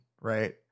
right